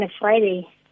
Friday